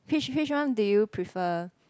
which which one do you prefer